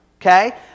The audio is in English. okay